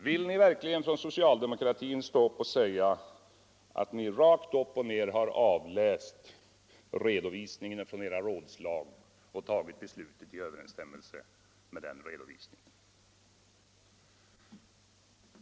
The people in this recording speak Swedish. Vill ni verkligen från socialdemokratin stå upp och säga att ni rakt upp och ned har avläst redovisningen från era rådslag och tagit beslutet i överensstämmelse med den redovisningen?